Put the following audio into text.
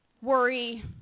Worry